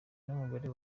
n’umugore